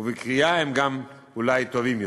ובקריאה הם גם אולי טובים יותר.